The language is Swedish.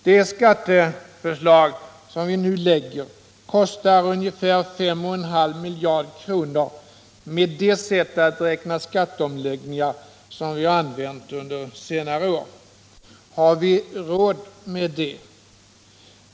Det skatteförslag som vi nu lägger kostar ungefär 5,5 miljarder kronor med det sätt att räkna skatteomläggningar som vi använt under senare år. Har vi råd med det?